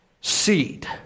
seed